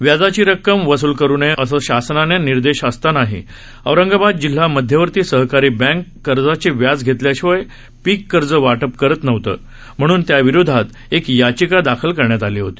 व्याजाची रक्कम वसूल करु नये असे शासनाचे निर्देश असतानाही औरंगाबाद जिल्हा मध्यवर्ती सहकारी बँक कर्जाचे व्याज घेतल्या शिवाय पिक कर्ज वाटप करत नव्हतं म्हणून त्या विरोधात एक याचिका दाखल करण्यात आली होती